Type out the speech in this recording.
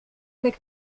avec